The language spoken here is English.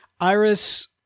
Iris